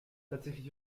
tatsächlich